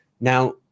Now